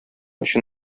өчен